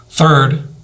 third